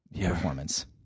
performance